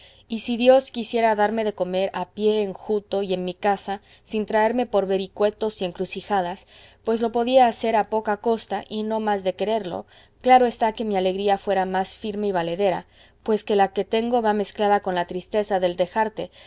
y si dios quisiera darme de comer a pie enjuto y en mi casa sin traerme por vericuetos y encrucijadas pues lo podía hacer a poca costa y no más de quererlo claro está que mi alegría fuera más firme y valedera pues que la que tengo va mezclada con la tristeza del dejarte